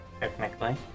Technically